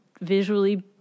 visually